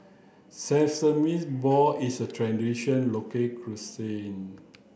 sesames ball is a traditional local cuisine